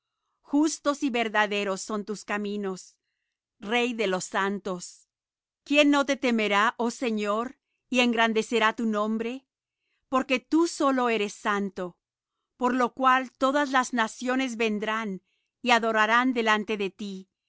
justos y verdaderos son tus caminos rey de los santos quién no te temerá oh señor y engrandecerá tu nombre porque tú sólo eres santo por lo cual todas las naciones vendrán y adorarán delante de ti